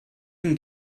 can